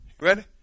Ready